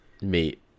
meet